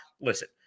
listen